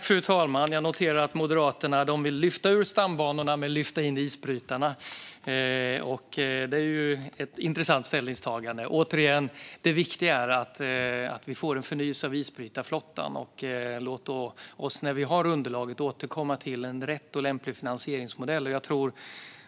Fru talman! Jag noterar att Moderaterna vill lyfta ur stambanorna men lyfta in isbrytarna. Det är ju ett intressant ställningstagande. Återigen: Det viktiga är att vi får en förnyelse av isbrytarflottan - låt oss då återkomma till vad som är en lämplig finansieringsmodell när vi har underlaget!